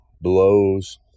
blows